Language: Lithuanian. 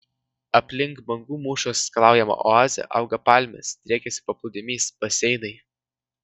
aplink bangų mūšos skalaujamą oazę auga palmės driekiasi paplūdimys baseinai